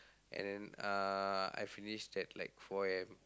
and then uh I finished at like four A_M